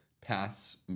pass